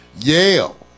Yale